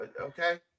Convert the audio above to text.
Okay